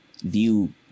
view